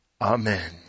Amen